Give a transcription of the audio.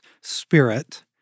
spirit